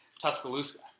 Tuscaloosa